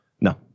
No